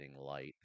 light